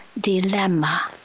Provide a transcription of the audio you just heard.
dilemma